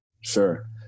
Sure